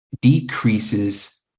decreases